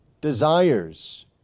desires